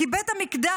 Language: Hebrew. כי בית המקדש